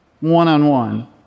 one-on-one